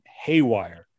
haywire